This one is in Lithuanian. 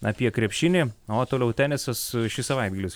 apie krepšinį o toliau tenisas šis savaitgalis